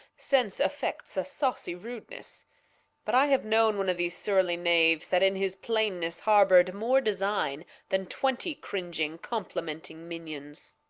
since affects a sawcy rudeness but i have known one of these surly knaves, that in his plainness harbour'd more design then twenty cringing complementing minions.